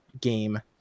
game